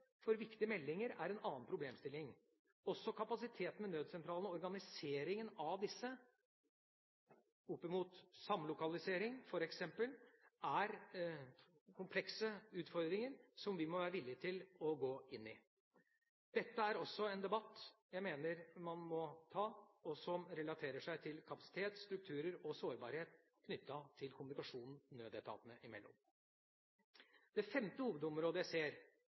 for viktige meldinger er en annen problemstilling. Også kapasiteten ved nødsentralene og organiseringen av disse oppimot f.eks. samlokalisering er komplekse utfordringer som vi må være villige til å gå inn i. Dette er også en debatt jeg mener man må ta, og som relaterer seg til kapasitet, strukturer og sårbarhet knyttet til kommunikasjonen nødetatene imellom. Det femte hovedområdet jeg ser,